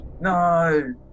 No